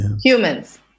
Humans